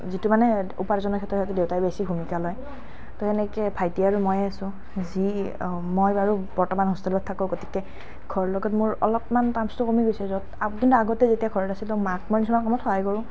যিটো মানে উপাৰ্জনৰ সেইটো সেইটো দেউতায়ে বেছি ভূমিকা লয় তো সেনেকৈ ভাইটি আৰু ময়েই আছোঁ যি মই বাৰু বৰ্তমান হোষ্টেলত থাকোঁ গতিকে ঘৰৰ লগত মোৰ অলপমান টাৰ্মছটো কমি গৈছে য'ত কিন্তু আগতে যেতিয়া ঘৰত আছিলোঁ মাক মই কিছুমান কামত সহায় কৰোঁ